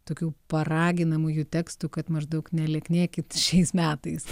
tokių paraginamųjų tekstų kad maždaug nelieknėkit šiais metais